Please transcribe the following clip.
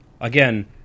again